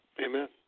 Amen